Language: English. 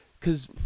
cause